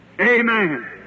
Amen